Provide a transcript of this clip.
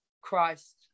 Christ